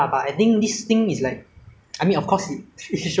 they mix mix ah like the you know its the at the wet market they